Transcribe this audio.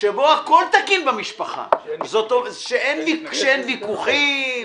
שבו הכל תקין במשפחה שאין ויכוחים,